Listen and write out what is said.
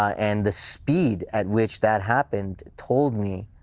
and the speed at which that happened told me,